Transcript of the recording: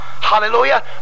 hallelujah